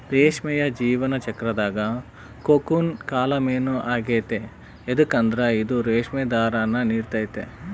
ರೇಷ್ಮೆಯ ಜೀವನ ಚಕ್ರುದಾಗ ಕೋಕೂನ್ ಕಾಲ ಮೇನ್ ಆಗೆತೆ ಯದುಕಂದ್ರ ಇದು ರೇಷ್ಮೆ ದಾರಾನ ನೀಡ್ತತೆ